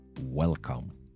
welcome